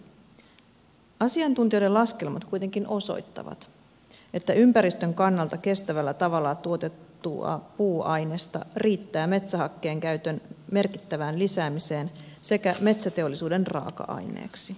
asiantuntijoiden laskelmat kuitenkin osoittavat että ympäristön kannalta kestävällä tavalla tuotettua puuainesta riittää metsähakkeen käytön merkittävään lisäämiseen sekä metsäteollisuuden raaka aineeksi